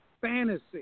fantasy